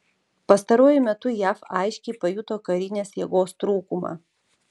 pastaruoju metu jav aiškiai pajuto karinės jėgos trūkumą